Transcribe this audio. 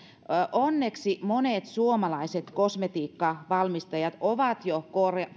onneksi monet suomalaiset kosmetiikkavalmistajat ovat jo